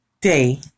day